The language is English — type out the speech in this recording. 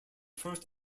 first